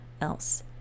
else